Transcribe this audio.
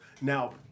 Now